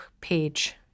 page